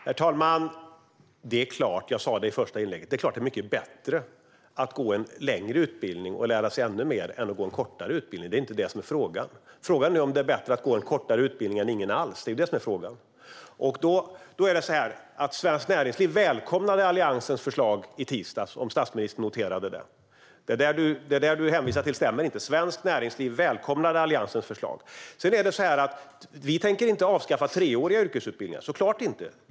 Herr talman! Som jag sa i det första inlägget är det såklart mycket bättre att gå en längre utbildning och lära sig ännu mer än att gå en kortare utbildning. Det är inte det som är frågan. Frågan är om det är bättre att gå en kortare utbildning än ingen alls. Svenskt Näringsliv välkomnade Alliansens förslag i tisdags, om statsministern noterade det. Det han hänvisar till stämmer inte. Svenskt Näringsliv välkomnar alltså Alliansens förslag. Vi tänker såklart inte avskaffa treåriga yrkesutbildningar.